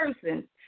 person